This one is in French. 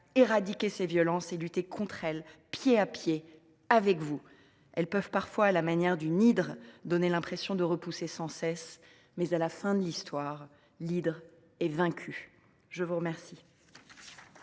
éradiquer les violences et les combattre, pied à pied, à vos côtés. Elles peuvent parfois, à la manière d’une hydre, donner l’impression de repousser sans cesse, mais à la fin de l’histoire, l’hydre est vaincue. Nous allons